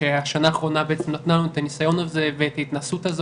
שהשנה האחרונה בעצם נתנה לנו את הניסיון הזה ואת ההתנסות הזאת,